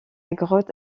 grotte